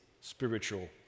spiritual